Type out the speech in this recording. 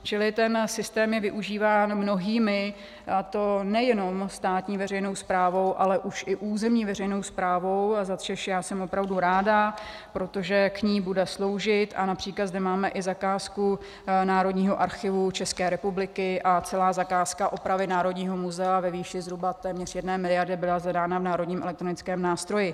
Čili ten systém je využíván mnohými, a to nejenom státní veřejnou správou, ale už i územní veřejnou správou, za což já jsem opravdu ráda, protože k ní bude sloužit, a například zde máme i zakázku Národní archivu České republiky a celá zakázka opravy Národního muzea ve výši zhruba téměř jedné miliardy byla zadána v Národním elektronickém nástroji.